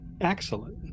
excellent